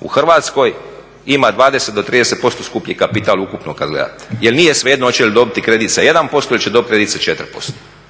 u Hrvatskoj ima 20 do 30% skuplji kapital ukupnog kada gledate jer nije svejedno hoće li dobiti kredit sa 1% ili će dobiti kredit sa 4%.